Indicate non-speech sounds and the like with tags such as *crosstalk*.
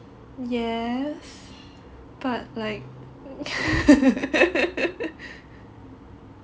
yes but like *laughs*